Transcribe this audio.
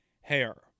Hair